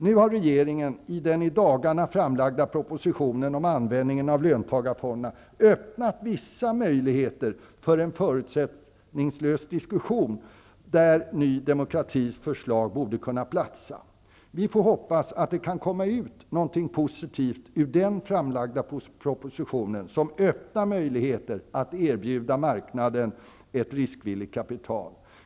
Nu har regeringen i den i dagarna framlagda propositionen om användningen av löntagarfonderna öppnat vissa möjligheter för en förutsättningslös diskussion där Ny demokratis förslag borde kunna platsa. Vi får hoppas att det kan komma ut någonting positivt ur den framlagda propositionen, som öppnar vissa möjligheter att erbjuda marknaden ett riskvilligt kapital.